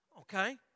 okay